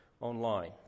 online